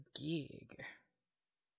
gig